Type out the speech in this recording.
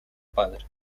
padre